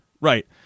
right